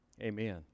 amen